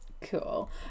Cool